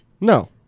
No